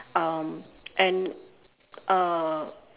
um and uh